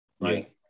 Right